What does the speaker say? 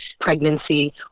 pregnancy